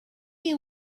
you